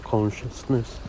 Consciousness